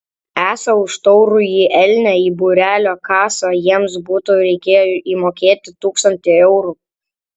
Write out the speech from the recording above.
esą už taurųjį elnią į būrelio kasą jiems būtų reikėję įmokėti tūkstantį eurų